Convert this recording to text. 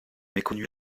méconnu